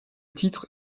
titre